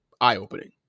eye-opening